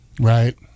right